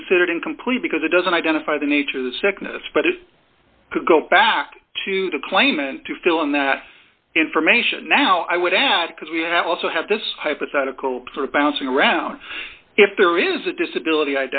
be considered incomplete because it doesn't identify the nature of the nd spread it could go back to the claimant to fill in that information now i would add because we have also have this hypothetical sort of bouncing around if there is a disability